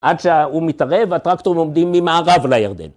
‫עד שההוא מתערב, ‫הטרקטורים עומדים ממערב לירדן.